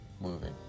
moving